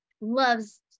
loves